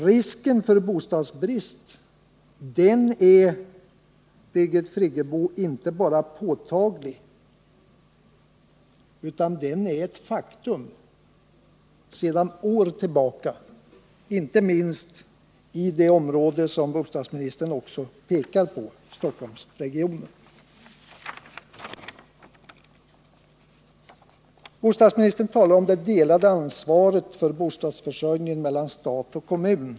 Risken för bostadsbrist är, Birgit Friggebo, inte bara påtaglig, utan den är ett faktum sedan år tillbaka, inte minst i det område som bostadsministern också pekar på, nämligen Stockholmsregionen. Bostadsministern talar i det här svaret också om det delade ansvaret för bostadsförsörjningen mellan stat och kommun.